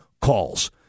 calls